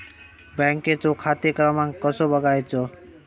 बँकेचो खाते क्रमांक कसो बगायचो?